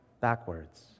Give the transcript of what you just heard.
backwards